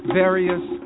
various